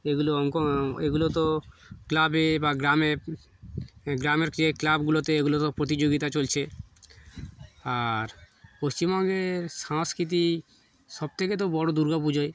এগুলো অঙ্ক এগুলো তো ক্লাবে বা গ্রামে গ্রামের যে ক্লাবগুলোতে এগুলো তো প্রতিযোগিতা চলছে আর পশ্চিমবঙ্গের সংস্কৃতি সবথেকে তো বড়ো দুর্গা পুজোয়